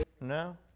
No